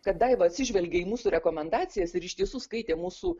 kad daiva atsižvelgė į mūsų rekomendacijas ir iš tiesų skaitė mūsų